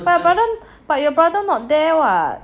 but your brother not there [what]